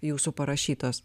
jūsų parašytos